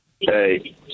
Hey